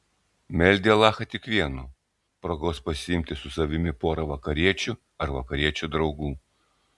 meldė alachą tik vieno progos pasiimti su savimi porą vakariečių ar vakariečių draugų